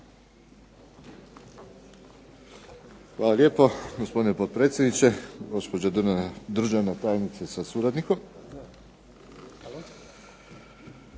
Hvala lijepo. Gospodine potpredsjedniče, gospođo državna tajnice sa suradnikom.